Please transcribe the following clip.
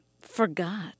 forgot